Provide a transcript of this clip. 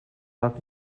darf